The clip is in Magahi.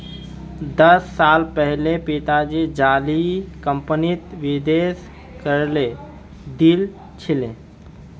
दस साल पहले पिताजी जाली कंपनीत निवेश करे दिल छिले